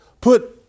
put